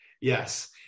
Yes